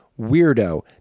weirdo